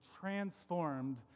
transformed